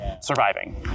surviving